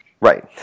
Right